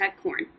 corn